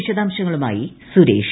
വിശദാംശങ്ങളുമായി സുരേഷ്